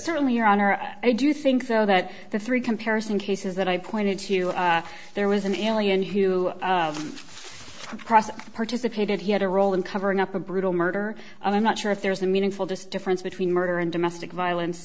certainly your honor i do think though that the three comparison cases that i pointed to there was an alien who cross participated he had a role in covering up a brutal murder i'm not sure if there's a meaningful just difference between murder and domestic violence